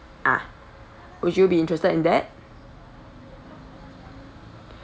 ah would you be interested in that